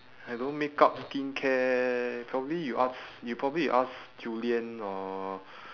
I don't makeup skincare probably you ask you probably you ask julian or